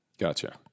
gotcha